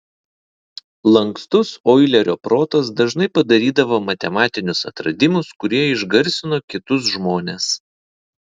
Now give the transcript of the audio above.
lankstus oilerio protas dažnai padarydavo matematinius atradimus kurie išgarsino kitus žmones